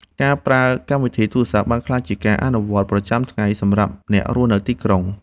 ការប្រើកម្មវិធីទូរសព្ទ បានក្លាយជាការអនុវត្តប្រចាំថ្ងៃសម្រាប់អ្នករស់នៅទីក្រុង។